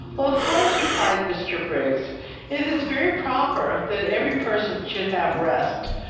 well, of course, replied mr. briggs, it is very proper that every person should have rest,